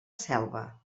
selva